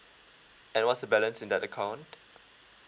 and what's the balance in that account